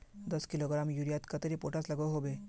दस किलोग्राम यूरियात कतेरी पोटास लागोहो होबे?